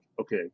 okay